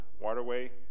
waterway